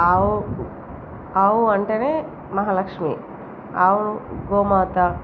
ఆవు ఆవు అంటేనే మహాలక్ష్మి ఆవు గోమాత